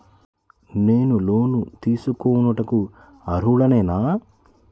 నేను లోన్ తీసుకొనుటకు అర్హుడనేన?